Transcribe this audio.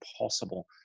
impossible